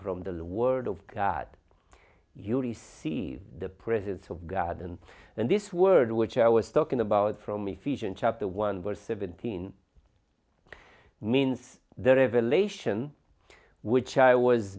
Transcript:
from the word of god you receive the presence of god and then this word which i was talking about from efficient chapter one verse seventeen means the revelation which i was